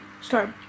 start